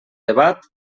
debat